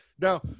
Now